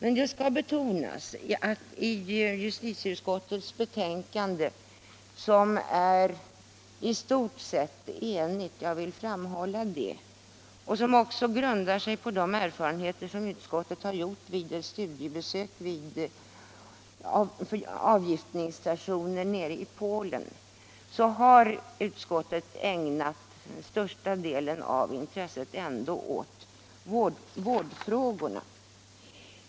I justitieutskottets betänkande — jag vill framhålla att det är avgivet av ett i stort sett enigt utskott och bl.a. grundar sig på de erfarenheter som utskottet har gjort vid ett studiebesök vid avgiftningsstationer i Polen —- ägnas ändå den största delen av intresset åt vårdfrågorna.